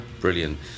Brilliant